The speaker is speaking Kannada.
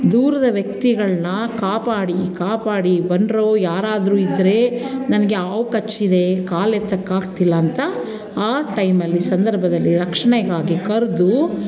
ದೂರದ ವ್ಯಕ್ತಿಗಳನ್ನ ಕಾಪಾಡಿ ಕಾಪಾಡಿ ಬನ್ನಿರೋ ಯಾರಾದ್ರೂ ಇದ್ದರೆ ನನಗೆ ಹಾವು ಕಚ್ಚಿದೆ ಕಾಲು ಎತ್ತೋಕ್ಕಾಗ್ತಿಲ್ಲ ಅಂತ ಆ ಟೈಮಲ್ಲಿ ಸಂದರ್ಭದಲ್ಲಿ ರಕ್ಷಣೆಗಾಗಿ ಕರೆದು